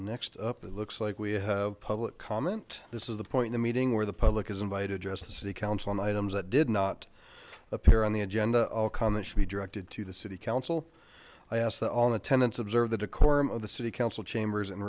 next up it looks like we have public comment this is the point in the meeting where the public is invited to address the city council on items that did not appear on the agenda all comments should be directed to the city council i ask that all in attendance observe the decorum of the city council chambers and